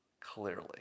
Clearly